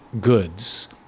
goods